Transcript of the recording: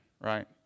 right